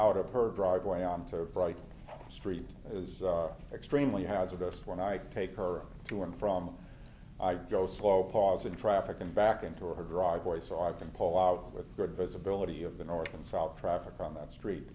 out of her driveway onto a bright street is extremely hazardous when i take her to and from i go slow pause in traffic and back into her driveway so i can pull out with good visibility of the north and south traffic on that street